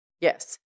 yes